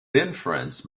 inference